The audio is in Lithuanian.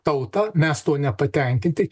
tauta mes tuo nepatenkinti